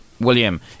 William